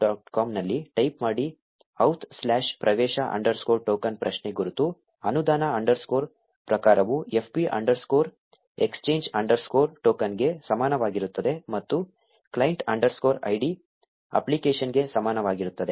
com ನಲ್ಲಿ type ಮಾಡಿ oauth slash ಪ್ರವೇಶ ಅಂಡರ್ಸ್ಕೋರ್ ಟೋಕನ್ ಪ್ರಶ್ನೆ ಗುರುತು ಅನುದಾನ ಅಂಡರ್ಸ್ಕೋರ್ ಪ್ರಕಾರವು fb ಅಂಡರ್ಸ್ಕೋರ್ ಎಕ್ಸ್ಚೇಂಜ್ ಅಂಡರ್ಸ್ಕೋರ್ ಟೋಕನ್ಗೆ ಸಮಾನವಾಗಿರುತ್ತದೆ ಮತ್ತು ಕ್ಲೈಂಟ್ ಅಂಡರ್ಸ್ಕೋರ್ ಐಡಿ ಅಪ್ಲಿಕೇಶನ್ಗೆ ಸಮಾನವಾಗಿರುತ್ತದೆ